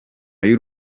y’u